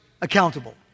accountable